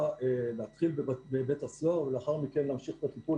להתחיל בבית הסוהר ולאחר מכן להמשיך את הטיפול